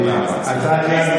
סליחה,